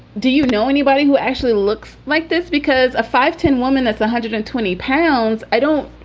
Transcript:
do you know anybody who actually looks like this? because a five ten woman, that's one hundred and twenty pounds, i don't